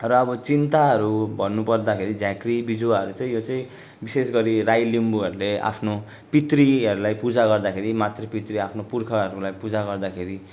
र अब चिन्ताहरू भन्नु पर्दाखेरि झाँक्री बिजुवाहरू चाहिँ यो चाहिँ विशेष गरी राई लिम्बूहरूले आफ्नो पितृहरूलाई पूजा गर्दाखेरि मातृ पितृ आफ्नो पुर्खाहरूलाई पूजा गर्दाखेरि